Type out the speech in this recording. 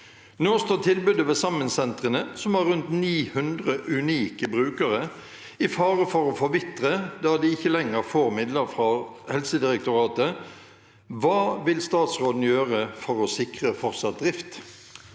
Nå står tilbudet ved sammensentre, som har rundt 900 unike brukere, i fare for å forvitre, da de ikke lenger får midler fra Helsedirektoratet. Hva vil statsråden gjøre for å sikre fortsatt drift